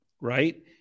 right